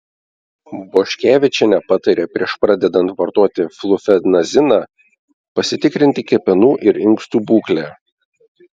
boškevičienė patarė prieš pradedant vartoti flufenaziną pasitikrinti kepenų ir inkstų būklę